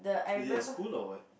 is it at school or what